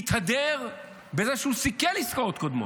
מתהדר בזה שהוא סיכל עסקאות קודמות,